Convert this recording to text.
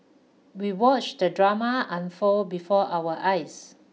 we watched the drama unfold before our eyes